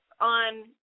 on